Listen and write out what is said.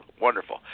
wonderful